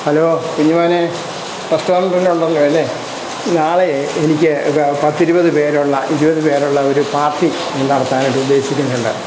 hello കുഞ്ഞുമോനെ customer കെയറിൽ ഉണ്ടല്ലോ അല്ലേ നാളെ എനിക്ക് പത്തിരുപത് പേരുള്ള ഇരുപത് പേരുള്ള ഒരു പാർട്ടി ഞാൻ നടത്താനായിട്ടുദ്ദേശിക്കുന്നുണ്ട്